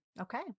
Okay